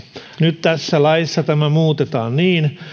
nyt tässä laissa tämä muutetaan niin